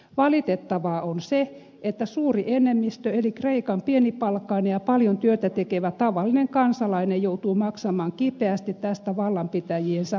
valitettavaa on se että suuri enemmistö eli kreikan pienipalkkainen ja paljon työtä tekevä tavallinen kansalainen joutuu maksamaan kipeästi tästä vallanpitäjiensä holtittomuudesta